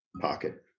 pocket